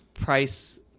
Price